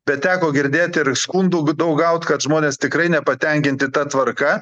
bet teko girdėt ir skundų daug gaut kad žmonės tikrai nepatenkinti ta tvarka